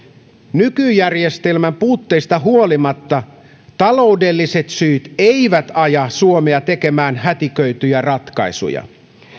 nykyjärjestelmän puutteista huolimatta taloudelliset syyt eivät aja suomea tekemään hätiköityjä ratkaisuja